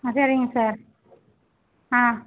ஆ சரிங்க சார் ஆ